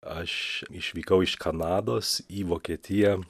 aš išvykau iš kanados į vokietiją